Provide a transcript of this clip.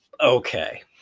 Okay